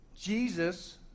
Jesus